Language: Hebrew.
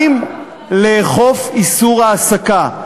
2. לאכוף איסור העסקה.